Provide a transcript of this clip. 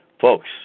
Folks